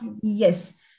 yes